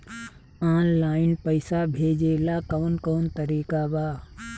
Online पइसा भेजेला कवन कवन तरीका बा?